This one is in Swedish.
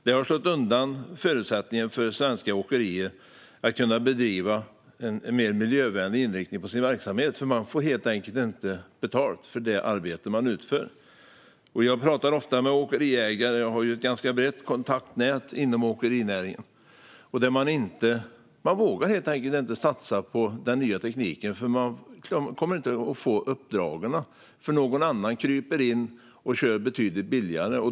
Det har slagit undan förutsättningarna för svenska åkerier att bedriva en mer miljövänlig inriktning på sin verksamhet. De får helt enkelt inte betalt för det arbete som de utför. Jag talar ofta med åkeriägare, och jag har ett ganska brett kontaktnät inom åkerinäringen. Man vågar helt enkelt inte satsa på den nya tekniken, eftersom man inte kommer att få uppdragen. Någon annan kryper in och kör betydligt billigare.